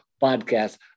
Podcast